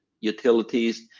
utilities